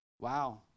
Wow